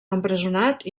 empresonat